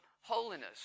holiness